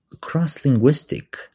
cross-linguistic